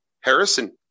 Harrison